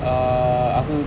err aku